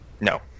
No